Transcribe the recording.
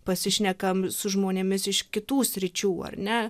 pasišnekame su žmonėmis iš kitų sričių ar ne